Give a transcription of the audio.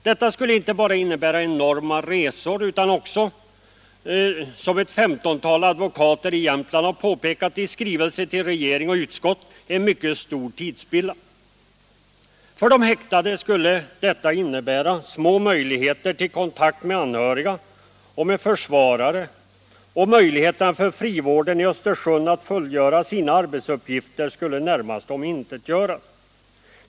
Detta skulle innebära inte bara enorma resor utan också - som ett femtontal advokater i Jämtland har påpekat i skrivelse till regering och utskott — en mycket stor tidsspillan. För de häktade skulle det innebära små möjligheter till kontakt med anhöriga och med försvarare, och möjligheten för frivården i Östersund att fullgöra sina arbetsuppgifter skulle närmast omintetgöras.